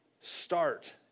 start